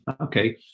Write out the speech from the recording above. Okay